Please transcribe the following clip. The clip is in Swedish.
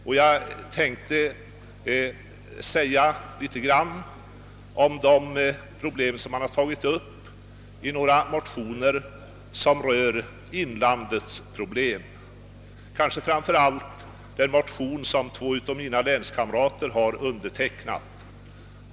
Jag hade tänkt säga något om de problem som tagits upp i de motioner som berör inlandets problem — kanske framför allt den motion som två av mina länskamrater har undertecknat.